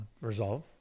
resolve